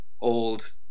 old